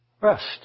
Rest